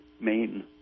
main